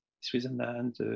Switzerland